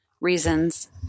reasons